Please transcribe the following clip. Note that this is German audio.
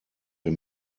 wir